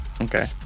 Okay